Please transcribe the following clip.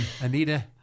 Anita